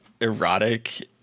erotic